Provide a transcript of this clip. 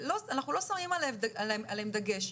ואנחנו לא שמים עליהם דגש.